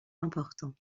important